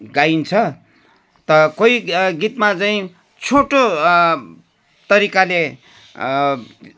गाइन्छ त कोही गीतमा चाहिँ छोटो तरिकाले